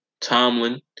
Tomlin